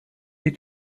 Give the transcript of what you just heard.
hier